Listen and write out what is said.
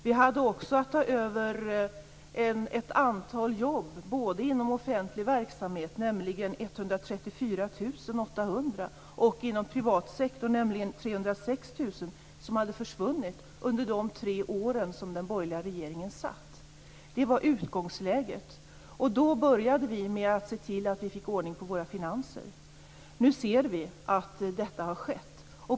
Vi hade också att ta över en situation med ett antal jobb både inom offentlig verksamhet, nämligen 134 800, och inom privat sektor, nämligen 306 000, som hade försvunnit under de tre år som den borgerliga regeringen hade makten. Det var utgångsläget. Då började vi med att se till att få ordning på våra finanser. Nu ser vi att detta har skett.